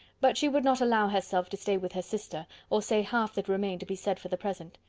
but she would not allow herself to stay with her sister, or say half that remained to be said for the present.